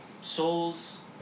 souls